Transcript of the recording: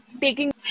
taking